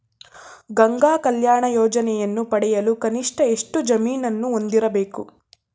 ಗಂಗಾ ಕಲ್ಯಾಣ ಯೋಜನೆಯನ್ನು ಪಡೆಯಲು ಕನಿಷ್ಠ ಎಷ್ಟು ಜಮೀನನ್ನು ಹೊಂದಿರಬೇಕು?